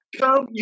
come